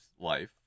life